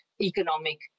Economic